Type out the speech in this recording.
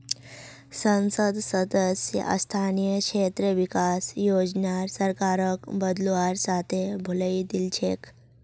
संसद सदस्य स्थानीय क्षेत्र विकास योजनार सरकारक बदलवार साथे भुलई दिल छेक